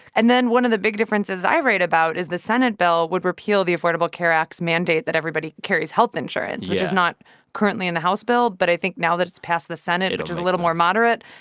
and then one of the big differences i write about is the senate bill would repeal the affordable care act's mandate that everybody carries health insurance, which is not currently in the house bill. but i think now that it's passed the senate, which is a little more moderate,